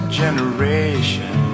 generation